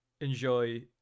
enjoy